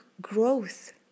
growth